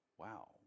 Wow